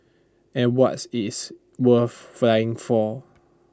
and what's is worth flying for